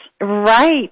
Right